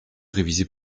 réviser